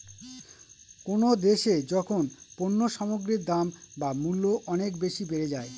কোনো দেশে যখন পণ্য সামগ্রীর দাম বা মূল্য অনেক বেশি বেড়ে যায়